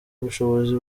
ubushobozi